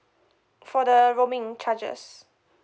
for the roaming charges